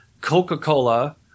coca-cola